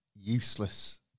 useless